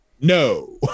no